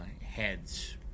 Heads